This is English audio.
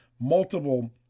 multiple